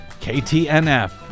KTNF